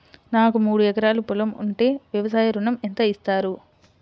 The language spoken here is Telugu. నాకు మూడు ఎకరాలు పొలం ఉంటే వ్యవసాయ ఋణం ఎంత ఇస్తారు?